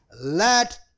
let